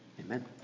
Amen